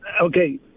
Okay